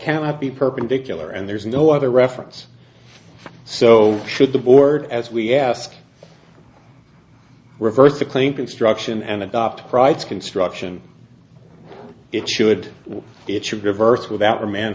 cannot be perpendicular and there is no other reference so should the board as we ask reverse the claim construction and adopt pride's construction it should it should reverse without a man